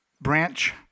Branch